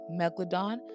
Megalodon